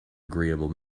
agreeable